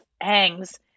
hangs